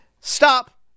Stop